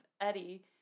Eddie